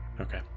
Okay